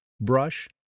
brush